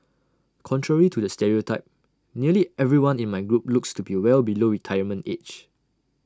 contrary to the stereotype nearly everyone in my group looks to be well below retirement age